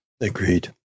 Agreed